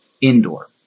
indoor